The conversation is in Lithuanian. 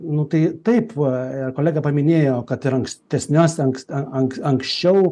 nu tai taip va kolega paminėjo kad ir ankstesniuose anks anks anksčiau